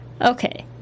Okay